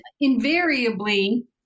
invariably